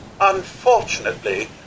unfortunately